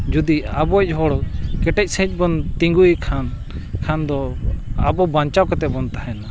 ᱡᱩᱫᱤ ᱟᱵᱚᱭᱤᱪ ᱦᱚᱲ ᱠᱮᱴᱮᱡ ᱥᱟᱺᱦᱤᱡ ᱵᱚᱱ ᱛᱤᱸᱜᱩᱭᱮ ᱠᱷᱟᱱ ᱠᱷᱟᱱ ᱫᱚ ᱟᱵᱚ ᱵᱟᱧᱪᱟᱣ ᱠᱟᱛᱮᱫ ᱵᱚᱱ ᱛᱟᱦᱮᱱᱟ